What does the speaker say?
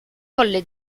colle